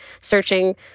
searching